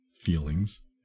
feelings